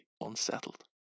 unsettled